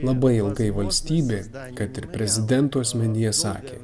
labai ilgai valstybė dar kad ir prezidento asmenyje sakė